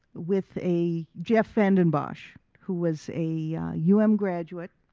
with a jeff vanden bosch, who was a u m graduate,